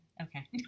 Okay